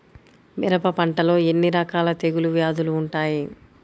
మిరప పంటలో ఎన్ని రకాల తెగులు వ్యాధులు వుంటాయి?